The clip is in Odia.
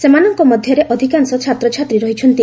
ସେମାନଙ୍କ ମଧ୍ୟରେ ଅଧିକାଂଶ ଛାତ୍ରଛାତ୍ରୀ ରହିଛନ୍ତି